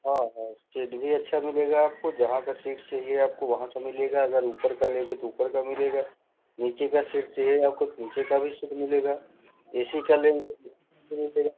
हाँ हाँ सीट भी अच्छा मिलेगा आपको जहाँ का सीट चाहिए आपको वहाँ का मिलेगा अगर ऊपर का लेंगे तो ऊपर का मिलेगा नीचे का सीट चाहिए आपको तो नीचे का भी आपको सीट मिलेगा ए सी का लेंगे तो ए सी का मिलेगा